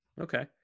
Okay